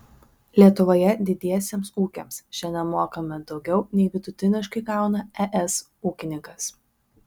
lietuvoje didiesiems ūkiams šiandien mokame daugiau nei vidutiniškai gauna es ūkininkas